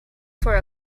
for